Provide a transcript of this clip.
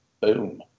Boom